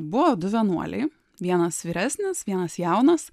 buvo du vienuoliai vienas vyresnis vienas jaunas